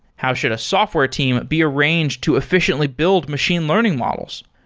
how should a software team be arranged to efficiently build machine learning models?